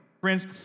Friends